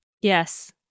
Yes